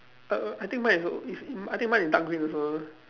err I think mine is so is in I think mine is dark green also